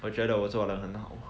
我觉得我做得很好